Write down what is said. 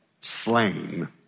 slain